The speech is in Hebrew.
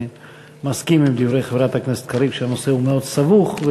אני מסכים לדברי חברת הכנסת קריב שהנושא מאוד סבוך,